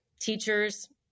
teachers